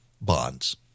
bonds